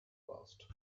cost